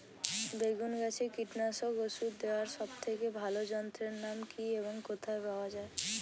বেগুন গাছে কীটনাশক ওষুধ দেওয়ার সব থেকে ভালো যন্ত্রের নাম কি এবং কোথায় পাওয়া যায়?